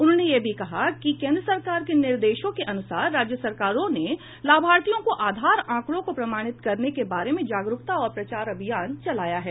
उन्होंने यह भी कहा कि केंद्र सरकार के निर्देशों के अनुसार राज्य सरकारों ने लाभार्थियों को आधार आंकड़ों को प्रमाणित करने के बारे में जागरूकता और प्रचार अभियान चलाया है